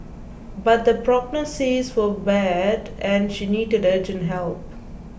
but the prognosis was bad and she needed urgent help